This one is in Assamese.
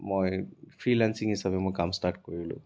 মই ফ্ৰীলান্সীং হিচাপে মই কাম ষ্টাৰ্ট কৰিলোঁ